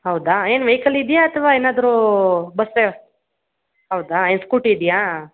ಹೌದಾ ಏನು ವೆಹಿಕಲ್ ಇದೆಯ ಅಥವಾ ಏನಾದರೂ ಬಸ್ ವ್ಯವಸ್ಥೆ ಹೌದಾ ಇಲ್ಲ ಸ್ಕೂಟಿ ಇದೆಯ